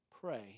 pray